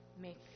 make